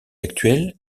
actuel